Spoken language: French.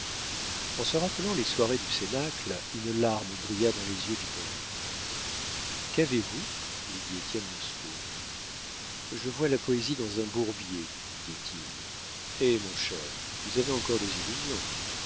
en se rappelant les soirées du cénacle une larme brilla dans les yeux du poète qu'avez-vous lui dit étienne lousteau je vois la poésie dans un bourbier dit-il eh mon cher vous avez encore des illusions